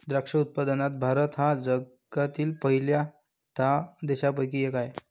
द्राक्ष उत्पादनात भारत हा जगातील पहिल्या दहा देशांपैकी एक आहे